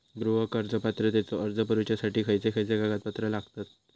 गृह कर्ज पात्रतेचो अर्ज भरुच्यासाठी खयचे खयचे कागदपत्र लागतत?